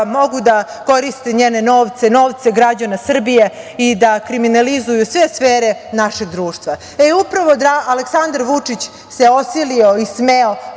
mogu da koriste njene novce, novce građana Srbije i da kriminalizuju sve sfere našeg društva. Upravo Aleksandar Vučić se osilio i smeo